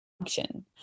function